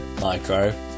Micro